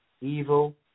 evil